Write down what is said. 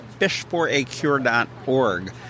fishforacure.org